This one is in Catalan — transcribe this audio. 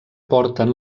porten